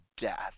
death